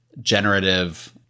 generative